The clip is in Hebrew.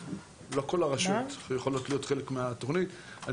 אנחנו בהחלטת ממשלה 631 החרגנו את החברה